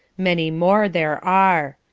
many more there are,